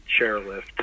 chairlift